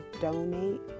donate